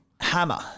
Hammer